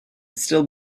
still